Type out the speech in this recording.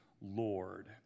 Lord